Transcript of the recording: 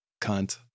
cunt